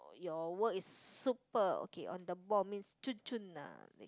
your work is super okay on the ball means chun chun ah